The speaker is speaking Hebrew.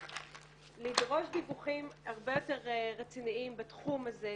לדרוש דיווחים הרבה יותר רציניים בתחום הזה.